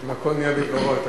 הכול נהיה בדברו.